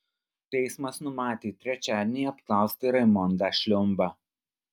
teismas numatė trečiadienį apklausti raimondą šliumbą